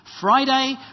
Friday